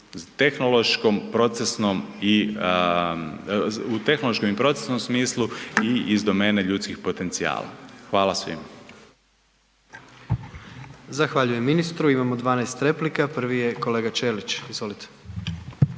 u tehnološkom i procesnom smislu i iz domene ljudskih potencijala. Hvala svima. **Jandroković, Gordan (HDZ)** Zahvaljujem ministru. Imamo 12 replika, prvi je kolega Ćelić. Izvolite.